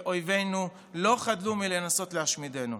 ואויבינו לא חדלו מלנסות להשמידנו.